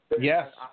yes